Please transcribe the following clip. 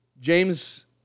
James